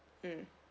mm